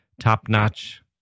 top-notch